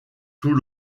tout